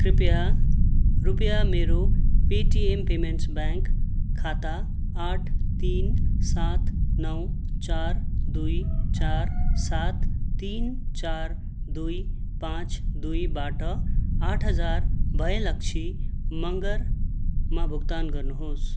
कृपया रुपियाँ मेरो पेटिएम पेमेन्ट्स ब्याङ्क खाता आठ तिन सात नौ चार दुई चार सात तिन चार दुई पाँच दुईबाट आठ हजार भयलक्षी मँगरमा भुक्तान गर्नुहोस्